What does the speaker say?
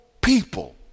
people